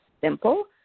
Simple